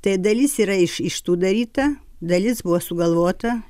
tai dalis yra iš iš tų daryta dalis buvo sugalvota